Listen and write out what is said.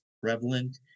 prevalent